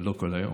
לא כל היום,